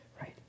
Right